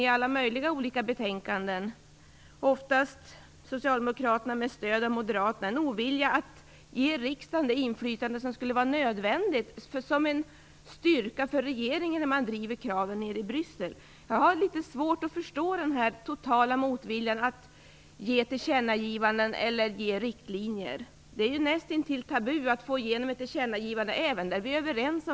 Det framgår av alla möjliga betänkanden. Oftast handlar det om Socialdemokraterna, med stöd av Moderaterna. Man visar en ovilja att ge riksdagen det inflytande som skulle vara nödvändigt som en styrka för regeringen när de olika kraven drivs nere i Bryssel. Jag har alltså litet svårt att förstå denna totala motvilja att ge tillkännagivanden eller riktlinjer. Det är ju nästintill tabu att få igenom ett tillkännagivande, även där vi är överens.